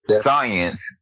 science